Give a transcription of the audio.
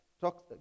talks